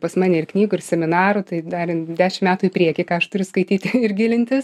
pas mane ir knygų ir seminarų tai dar dešimt metų į priekį ką aš turiu skaityt ir gilintis